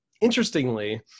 interestingly